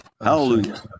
Hallelujah